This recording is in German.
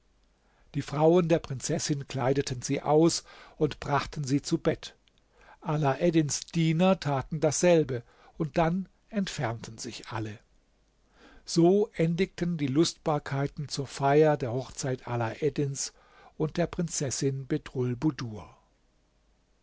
die frauen der prinzessin kleideten sie aus und brachten sie zu bett alaeddins diener taten dasselbe und dann entfernten sich alle so endigten die lustbarkeiten zur feier der hochzeit alaeddins und der prinzessin